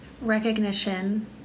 Recognition